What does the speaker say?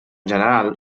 general